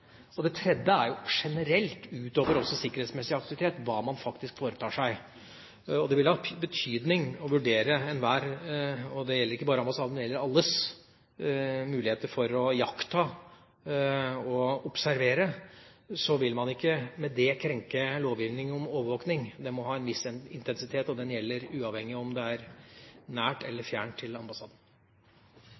Det tredje er generelt – utover også sikkerhetsmessig aktivitet – hva man faktisk foretar seg. Det vil ha betydning å vurdere enhver – og det gjelder ikke bare ambassaden, det gjelder alle – mulighet til å iaktta og observere, og man vil ikke med det krenke lovgivningen om overvåkning. Den må ha en viss intensitet. Og det gjelder uavhengig av om det er nær eller fjernt fra ambassaden.